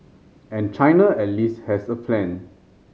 and China at least has a plan